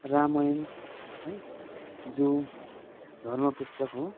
रामायण है जो धर्म पुस्तक हो